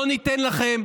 לא ניתן לכם.